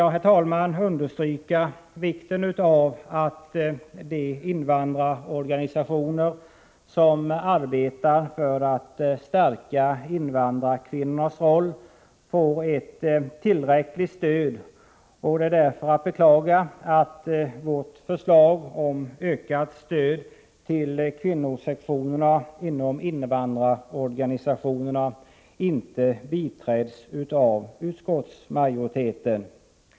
Vidare vill jag betona vikten av att de invandrarorganisationer som arbetar för att stärka invandrarkvinnornas roll får ett tillräckligt stöd. Det är därför att beklaga att vårt förslag om ökat stöd till kvinnosektionerna inom invandrarorganisationerna inte biträds av utskottsmajoriteten.